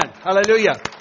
Hallelujah